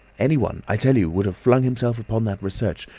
anyone, i tell you, would have flung himself upon that research.